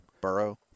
Burrow